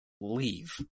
leave